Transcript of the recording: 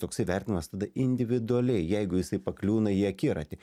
toksai vertinimas tada individualiai jeigu jisai pakliūna į akiratį